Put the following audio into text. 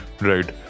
Right